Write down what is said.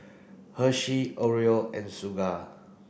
Hershey L'Oreal and